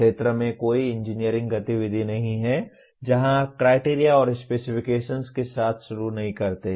क्षेत्र में कोई इंजीनियरिंग गतिविधि नहीं है जहाँ आप क्राइटेरिया और स्पेसिफिकेशन्स के साथ शुरू नहीं करते हैं